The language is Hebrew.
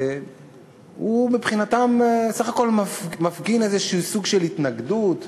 הוא מבחינתם בסך הכול מפגין איזה סוג של התנגדות,